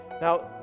Now